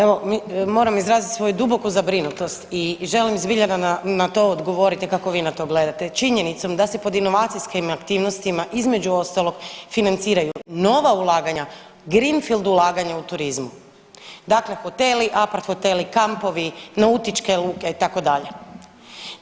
Evo moram izraziti svoju duboku zabrinutost i želim zbilja da na to odgovorite kako vi na to gledati, činjenicom da se pod inovacijskim aktivnostima između ostalog financiraju nova ulaganja, greenfield ulaganja u turizmu dakle, hoteli, aparthoteli, kampovi, nautičke luke, tako dalje.